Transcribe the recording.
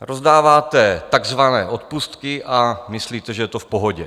Rozdáváte takzvané odpustky a myslíte, že to je v pohodě.